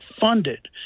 funded